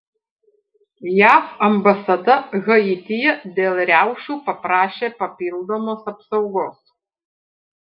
jav ambasada haityje dėl riaušių paprašė papildomos apsaugos